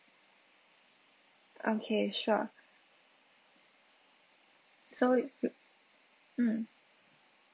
okay sure so mm